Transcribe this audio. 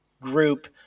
group